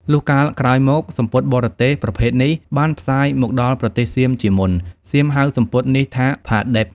លុះកាលក្រោយមក សំពត់បរទេសប្រភេទនេះ បានផ្សាយមកដល់ប្រទេសសៀមជាមុន សៀមហៅសំពត់នេះថា ផាឌិប។